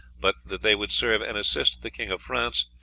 but that they would serve and assist the king of france,